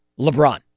LeBron